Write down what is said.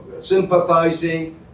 sympathizing